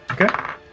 Okay